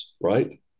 right